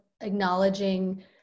acknowledging